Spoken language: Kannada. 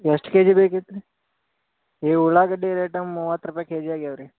ಎಷ್ಟು ಕೆ ಜಿ ಬೇಕಿತ್ತು ರೀ ಈ ಉಳ್ಳಾಗಡ್ಡೆ ರೇಟ ಮೂವತ್ತು ರೂಪಾಯಿ ಕೆ ಜಿ ಆಗ್ಯಾವೆ ರೀ